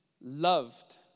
loved